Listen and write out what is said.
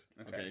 okay